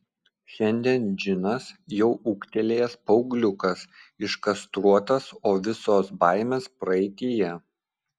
šiandien džinas jau ūgtelėjęs paaugliukas iškastruotas o visos baimės praeityje